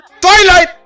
Twilight